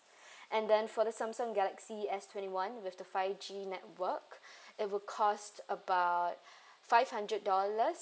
and then for the Samsung galaxy S twenty one with the five G network it would cost about five hundred dollars